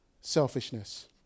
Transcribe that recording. selfishness